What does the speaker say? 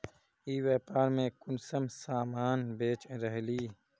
ई व्यापार में कुंसम सामान बेच रहली?